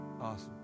Awesome